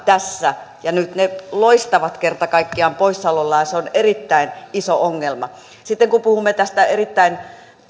tässä ja nyt ne loistavat kerta kaikkiaan poissaolollaan ja se on erittäin iso ongelma sitten kun puhumme tästä erittäin